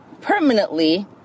permanently